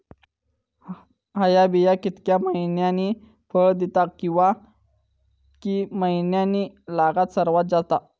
हया बिया कितक्या मैन्यानी फळ दिता कीवा की मैन्यानी लागाक सर्वात जाता?